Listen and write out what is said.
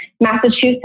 Massachusetts